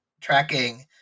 tracking